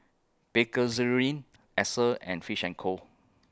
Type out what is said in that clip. Bakerzin Acer and Fish and Co